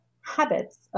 habits